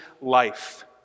life